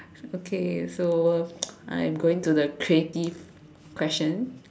okay so uh I'm going to the creative question